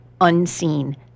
unseen